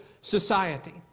society